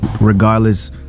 regardless